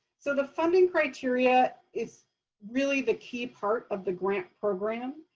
so the funding criteria is really the key part of the grant program.